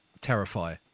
terrify